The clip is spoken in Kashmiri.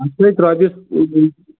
اتھ کھٔتۍ رۄپیس